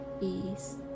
peace